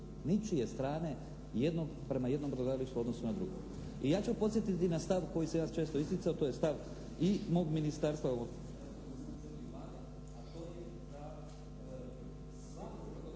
nijednog, prema jednom brodogradilištu u odnosu na drugo. I ja ću podsjetiti na stav koji sam ja često isticao, to je stav i mog ministarstva